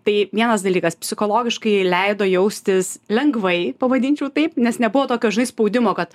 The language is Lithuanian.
tai vienas dalykas psichologiškai leido jaustis lengvai pavadinčiau taip nes nebuvo tokio žinai spaudimo kad